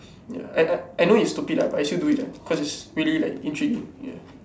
ya I I I know it's stupid lah but I still do it ah cause is really like intriguing ya